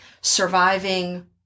surviving